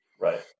Right